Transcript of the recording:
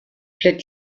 plait